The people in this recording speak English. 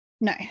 No